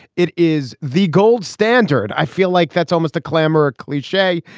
it is the gold standard. i feel like that's almost a clamour a cliche.